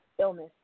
illness